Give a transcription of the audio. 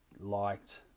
liked